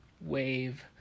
wave